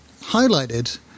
highlighted